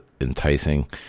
enticing